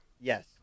Yes